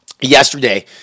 yesterday